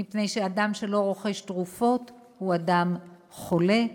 מפני שאדם שלא רוכש תרופות הוא אדם חולה,